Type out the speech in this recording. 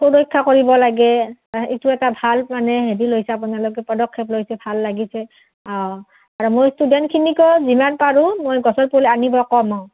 সুৰক্ষা কৰিব লাগে এইটো এটা ভাল মানে হেৰি লৈছে আপোনালোকে পদক্ষেপ লৈছে ভাল লাগিছে অঁ আৰু মোৰ ষ্টুডেণ্টখিনিকো যিমান পাৰোঁ মই গছৰ পুলি আনিব ক'ম অঁ